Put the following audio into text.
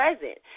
present